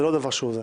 זה לא דבר חדש.